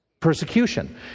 Persecution